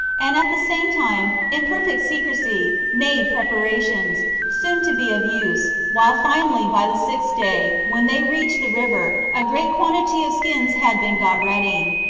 and at the same time, in perfect secrecy, made prepara tions, soon to be of use, while finally, by the sixth day, when they reached the river, a great quantity of skins had been got ready.